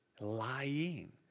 lying